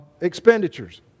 expenditures